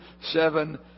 seven